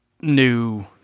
new